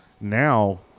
now